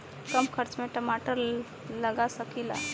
कम खर्च में टमाटर लगा सकीला?